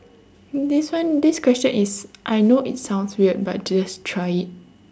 this one this question is I know it sounds weird but just try it